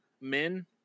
men